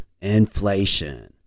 inflation